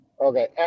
Okay